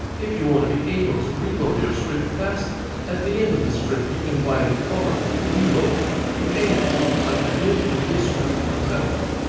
if you wanna be able to reload your script fast at the end of the script you can bind a command reload to any key like i did in this script for example.